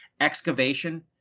excavation